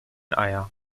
eier